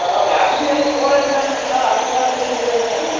அசதியாயி போகறேண்டாங்க எங்கனால அடுத்த வேலையை செய்ய முடியதுண்டாங்க